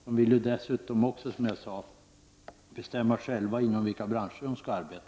De vill dessutom själva bestämma inom vilka branscher de skall arbeta.